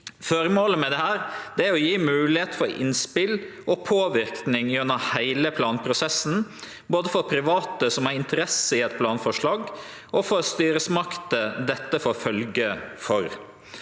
Føremålet med dette er å gje moglegheit for innspel og påverknad gjennom heile planprosessen, både for private som har interesse i eit planforslag, og for styresmakter som dette får følgjer for.